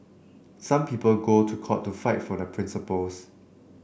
some people go to court to fight for their principles